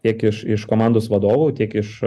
tiek iš iš nkomandos vadovų tiek iš